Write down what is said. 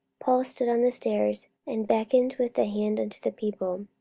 paul stood on the stairs, and beckoned with the hand unto the people.